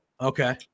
Okay